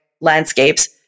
landscapes